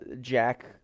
Jack